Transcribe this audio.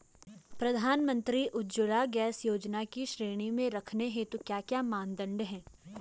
प्रधानमंत्री उज्जवला गैस योजना की श्रेणी में रखने हेतु क्या क्या मानदंड है?